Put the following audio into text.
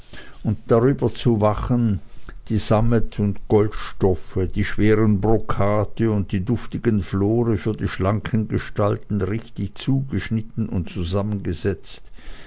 und darüber zu wachen daß die sammet und goldstoffe die schweren brokate und die duftigen flore für die schlanken gestalten richtig zugeschnitten und zusammengesetzt